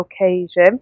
Occasion